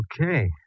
Okay